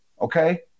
okay